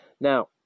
Now